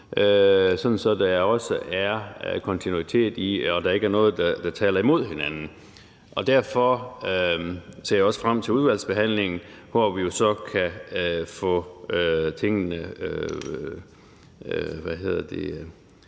at der er kontinuitet og ikke er noget, der taler imod hinanden. Derfor ser jeg også frem til udvalgsbehandlingen, hvor vi jo så kan få gjort tingene mere